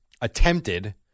attempted